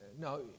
No